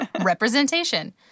representation